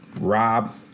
rob